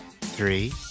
three